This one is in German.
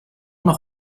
noch